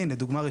לכל דבר ועניין,